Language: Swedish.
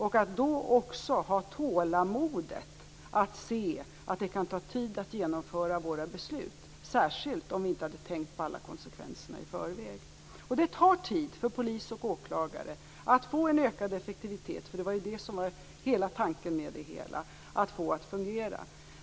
Vi måste då också ha tålamodet att se att det kan ta tid att genomföra våra beslut - särskilt om vi inte hade tänkt på alla konsekvenserna i förväg. Det tar tid för polis och åklagare att få en ökad effektivitet - som var tanken med det hela - att fungera.